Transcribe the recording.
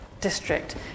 district